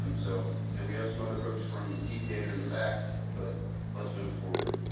um so, and we have some other folks from epa in the back, but let's move forward.